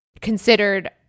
considered